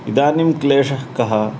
इदानीं क्लेशः कः